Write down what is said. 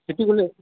சிட்டிக்குள்ளே